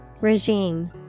Regime